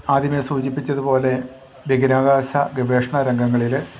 ആദ്യമേ സൂചിപ്പിച്ചതുപോലെ ബഹിരാകാശ ഗവേഷണ രംഗങ്ങളിൽ